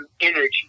energy